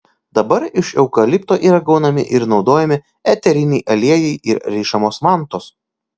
dabar iš eukalipto yra gaunami ir naudojami eteriniai aliejai ir rišamos vantos